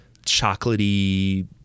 chocolatey